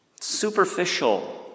Superficial